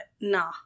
nah